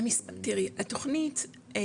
תראי, התוכנית היא